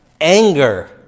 anger